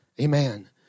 Amen